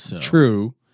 True